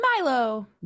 Milo